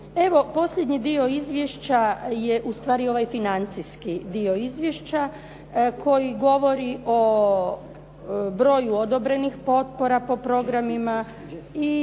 Evo posljednji dio izvješća je ustvari ovaj financijski dio izvješća, koji govori o broju odobrenih potpora po programima i